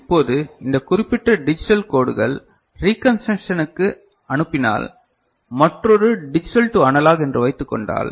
இப்போது இந்த குறிப்பிட்ட டிஜிட்டல் கோடுகள் ரீகன்ஸ்டிரக்ஷனுக்கு அனுப்பினால் மற்றொரு டிஜிட்டல் டு அனலாக் என்று வைத்துக் கொண்டால்